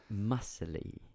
muscly